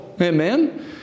amen